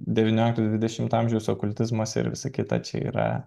devyniolikto dvidešimto amžiaus okultizmas ir visa kita čia yra